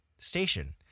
Station